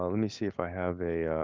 ah me see if i have a